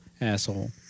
asshole